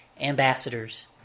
ambassadors